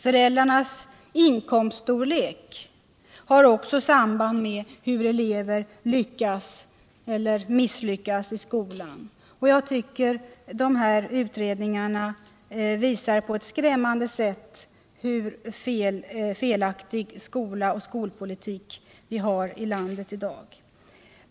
Föräldrarnas inkomststorlek har också samband med hur elever lyckas eller misslyckas i skolan. Jag tycker att dessa utredningar på ett skrämmande sätt visar hur felaktig skola och skolpolitik vi har här i landet i dag.